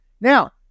Now